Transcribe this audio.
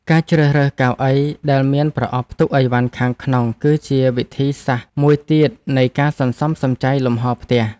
ការជ្រើសរើសកៅអីដែលមានប្រអប់ផ្ទុកឥវ៉ាន់ខាងក្នុងគឺជាវិធីសាស្ត្រមួយទៀតនៃការសន្សំសំចៃលំហរផ្ទះ។